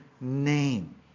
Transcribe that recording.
name